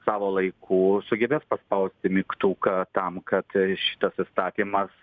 savo laiku sugebės paspausti mygtuką tam kad šitas įstatymas